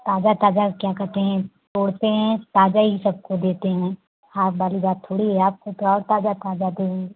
ताजा ताजा क्या कहते हैं तोड़ते हैं ताजा ही सबको देते हैं हाफ वाली बात थोड़ी है आपको तो और ताजा ताजा देंगे